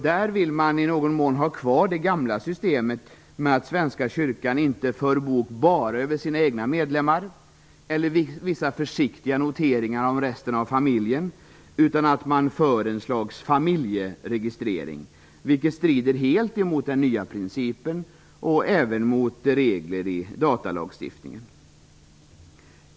Där vill man i någon mån ha kvar det gamla systemet med att Svenska kyrkan inte bara för bok över sina egna medlemmar eller vissa försiktiga noteringar om resten av familjen, utan också gör ett slags familjeregistrering. Det strider helt mot den nya principen och även mot regler i datalagstiftningen.